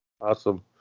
awesome